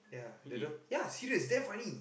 really